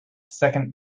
second